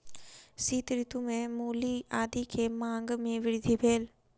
शीत ऋतू में मूली आदी के मांग में वृद्धि भेल